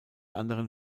anderen